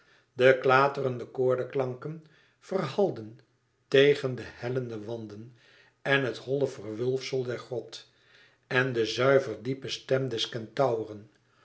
de klaterende koordeklanken verhalden tegen de hellende wanden en het holle verwulfsel der grot en de zuiverdiepe stem des kentauren